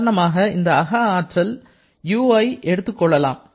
உதாரணமாக இந்த அக ஆற்றல் Uஐ எடுத்துக் கொள்ளலாம்